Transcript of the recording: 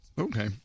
okay